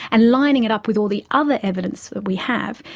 and lining it up with all the other evidence that we have,